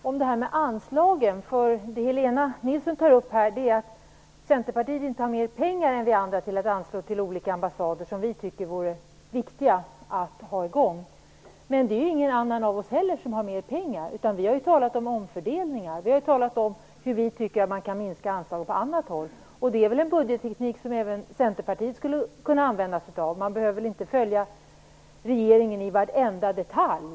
Fru talman! Jag vill bara fråga Helena Nilsson om det här med anslagen. Helena Nilsson säger här att Centerpartiet inte har mer pengar än vi andra till ett anslag till olika ambassader som vi tycker vore viktiga att ha i gång. Men det är ingen av oss andra heller som har mer pengar. Vi har ju talat om omfördelningar. Vi har talat om hur vi tycker att man kan minska anslagen på annat håll. Det är väl en budgetteknik som även Centerpartiet skulle kunna använda sig av? Ni behöver inte följa regeringen i varenda detalj?